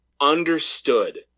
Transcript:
understood